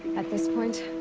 at this point.